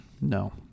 No